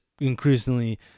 increasingly